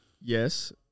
Yes